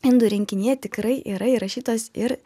indų rinkinyje tikrai yra įrašytos ir